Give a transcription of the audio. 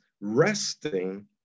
resting